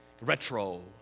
Retro